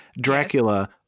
Dracula